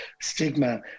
stigma